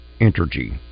energy